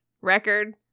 Record